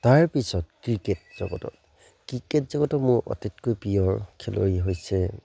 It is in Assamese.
তাৰপিছত ক্ৰিকেট জগতত ক্ৰিকেট জগতৰ মোৰ আটাইতকৈ প্ৰিয় খেলুৱৈ হৈছে